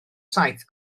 saith